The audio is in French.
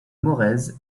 morez